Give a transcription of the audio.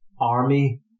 army